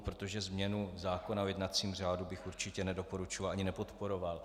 Protože změnu zákona o jednacím řádu bych určitě nedoporučoval ani nepodporoval.